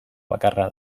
bakarra